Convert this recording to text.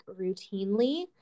routinely